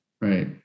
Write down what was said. right